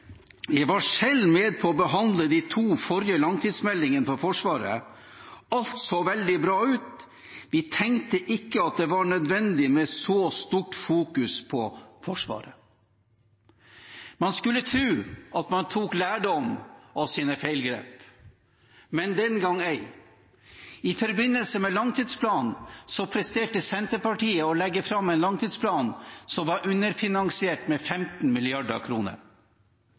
var selv med på å behandle de to forrige langtidsmeldingene for Forsvaret. Alt så veldig bra ut. Vi tenkte ikke at det var nødvendig med så stort fokus på Forsvaret.» Man skulle tro at man tok lærdom av sine feilgrep, men den gang ei. I forbindelse med langtidsplanen presterte Senterpartiet å legge fram en langtidsplan som var underfinansiert med 15